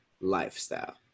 lifestyle